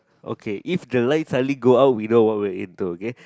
okay if the light suddenly go out we know what we are into okay